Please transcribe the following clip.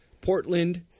Portland